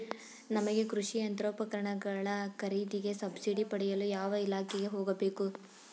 ನಮಗೆ ಕೃಷಿ ಯಂತ್ರೋಪಕರಣಗಳ ಖರೀದಿಗೆ ಸಬ್ಸಿಡಿ ಪಡೆಯಲು ಯಾವ ಇಲಾಖೆಗೆ ಹೋಗಬೇಕು?